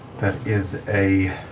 that is a